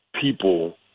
people